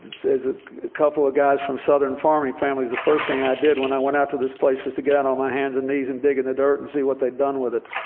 there's a couple of guys from southern farming families the first thing i did when i went out to this place was to get down on my hands and knees and dig in the dirt and see what they'd done with it.